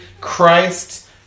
Christ